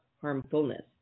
harmfulness